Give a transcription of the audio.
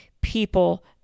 people